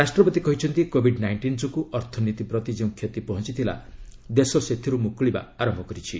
ରାଷ୍ଟ୍ରପତି କହିଛନ୍ତି Covid nineteen ଯୋଗୁଁ ଅର୍ଥନୀତି ପ୍ରତି ଯେଉଁ କ୍ଷତି ପହଞ୍ଚଥିଲା ଦେଶ ସେଥିରୁ ମୁକୃଳିବା ଆରମ୍ଭ କରିଛି